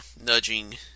Nudging